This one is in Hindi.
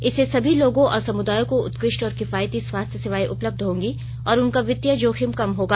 इससे सभी लोगों और समुदायों को उत्कृष्ट और किफायती स्वास्थ्य सेवाएं उपलब्ध होंगी और उनका वित्तीय जोखिम कम होगा